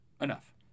enough